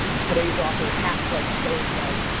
today's offer is half price thursday,